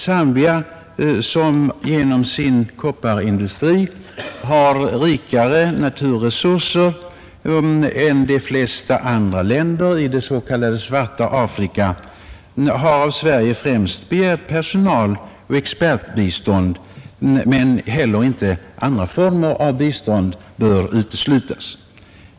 Zambia — som genom sin kopparindustri har rikare naturresurser än de flesta andra länder i det s.k. svarta Afrika — har av Sverige främst begärt personaloch expertbistånd, men inte heller andra former för bistånd bör uteslutas.